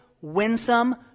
winsome